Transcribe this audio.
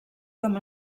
com